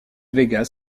vegas